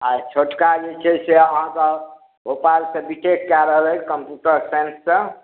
आ छोटका जे छै से अहाँके भोपाल सॅं बी टेक कय रहल छथि कंप्यूटर साइंस सॅं